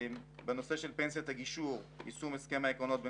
בנושא של פנסיית הגישור יישום הסכם העקרונות בין